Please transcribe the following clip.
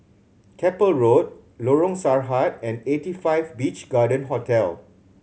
Keppel Road Lorong Sarhad and Eighty Five Beach Garden Hotel